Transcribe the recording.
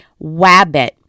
wabbit